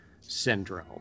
Syndrome